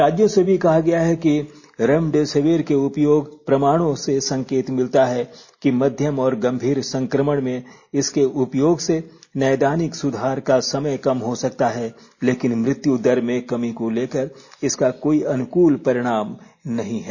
राज्यों से भी कहा गया है कि रेमडिसिविर के उपयोग प्रमाणों से संकेत मिलता है कि मध्यम और गंभीर संक्रमण में इसके उपयोग से नैदानिक सुधार का समय कम हो सकता है लेकिन मृत्यु दर में कमी को लेकर इसका कोई अनुकूल परिणाम नहीं हैं